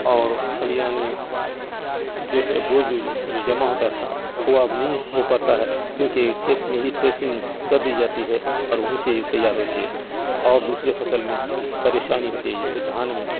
اور کھلیہان میں جو ہے بوجھ اوجھ جو جمع ہوتا تھا وہ اب نہیں ہو پاتا ہے کیوںکہ کھیت میں ہی ٹریسنگ کر دی جاتی ہے اور وہیں سے تیار ہوتی ہے اور دوسرے فصل میں پریشانی ہوتی ہے جیسے دھان میں